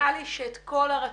נראה לי שאת כל הרציונל,